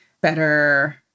better